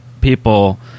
people